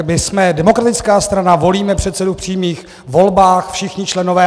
My jsme demokratická strana, volíme předsedu v přímých volbách, všichni členové.